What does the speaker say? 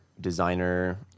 designer